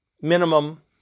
minimum